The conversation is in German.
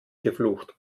geflucht